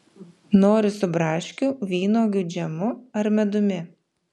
nori su braškių vynuogių džemu ar medumi